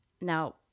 Now